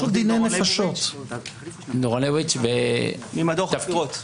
מדור חקירות,